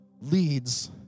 leads